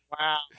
Wow